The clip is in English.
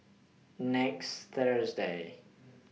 next Thursday